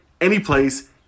anyplace